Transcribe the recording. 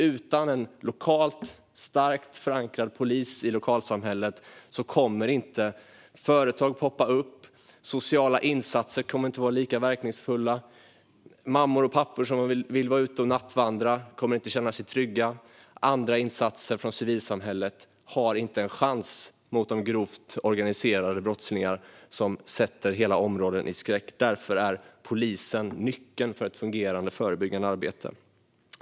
Utan en lokalt starkt förankrad polis i lokalsamhället kommer inte företag att poppa upp eller sociala insatser vara lika verkningsfulla - mammor och pappor som vill vara ute och nattvandra kommer inte att känna sig trygga - och andra insatser från civilsamhället har inte en chans mot de grovt organiserade brottslingar som sätter hela områden i skräck. Därför är polisen nyckeln till ett fungerande förebyggande arbete.